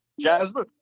Jasmine